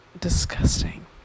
disgusting